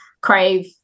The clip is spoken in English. crave